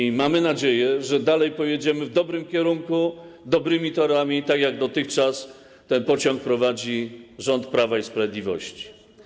I mamy nadzieję, że dalej pojedziemy w dobrym kierunku, dobrymi torami, tak jak dotychczas ten pociąg prowadzi rząd Prawa i Sprawiedliwości.